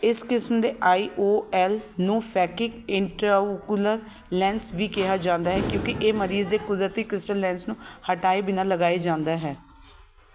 ਇਸ ਕਿਸਮ ਦੇ ਆਈ ਓ ਐੱਲ ਨੂੰ ਫੈਕਿਕ ਇੰਟ੍ਰਾਉਕੁਲਰ ਲੈਂਸ ਵੀ ਕਿਹਾ ਜਾਂਦਾ ਹੈ ਕਿਉਂਕਿ ਇਹ ਮਰੀਜ਼ ਦੇ ਕੁਦਰਤੀ ਕ੍ਰਿਸਟਲ ਲੈਂਸ ਨੂੰ ਹਟਾਏ ਬਿਨਾਂ ਲਗਾਏ ਜਾਂਦਾ ਹੈ